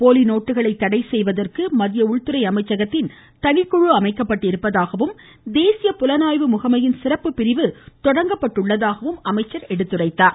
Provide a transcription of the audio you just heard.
போலி நோட்டுகளை தடை செய்வதற்கு மத்திய உள்துறை அமைச்சகத்தின் தனிக்குழு அமைக்கப்பட்டுள்ளதாகவும் தேசிய புலனாய்வு முகமையின் சிறப்பு பிரிவு துவங்கப்பட்டுள்ளதாகவும் அமைச்சர் குறிப்பிட்டார்